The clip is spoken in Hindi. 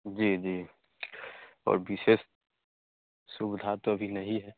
जी जी और विशेष सुविधा तो अभी नहीं है